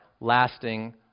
lasting